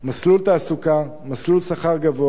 מסלול תעסוקה, מסלול שכר גבוה,